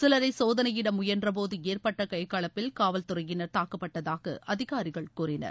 சிலரை சோதனையிட முயன்றபோது ஏற்பட்ட கைகளப்பில் காவல்துறையினர் தாக்கப்பட்டதாக அதிகாரிகள் கூறினர்